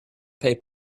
pay